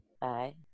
Bye